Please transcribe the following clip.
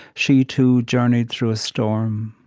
she too journeyed through a storm,